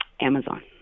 Amazon